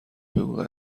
بگو